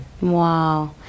Wow